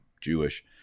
Jewish